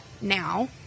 now